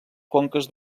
conques